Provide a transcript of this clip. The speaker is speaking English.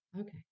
okay